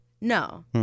No